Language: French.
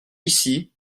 ici